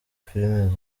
film